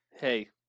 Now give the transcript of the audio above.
Hey